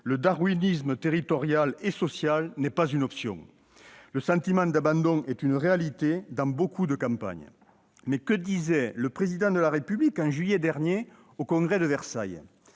le darwinisme territorial et social n'est pas une option. Le sentiment d'abandon est une réalité dans de nombreuses campagnes. Que disait le Président de la République en juillet dernier devant le Congrès de Versailles ?